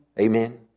Amen